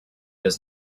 does